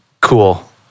cool